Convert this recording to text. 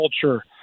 culture